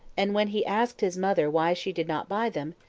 and when he asked his mother why she did not buy them,